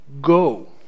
go